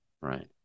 right